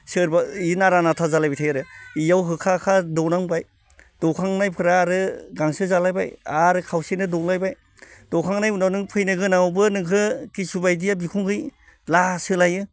सोरबा इ नारा नाथा जालायबाय थायो आरो इयाव होखा होखा दौनांबाय दौखांनायफोरा आरो गांसो जालायबाय आरो खावसेनो दौलायबाय दौखांनायनि उनाव नों फैनोगोनाङावबो नोंखो किसुबायदिया बिखुंखै द्ला सोलायो